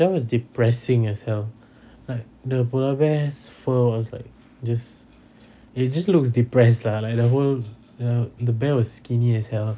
that one was depressing as hell like the polar bear's fur was like just it just looks depressed lah like the whole ya the bear was skinny as hell